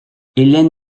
hélène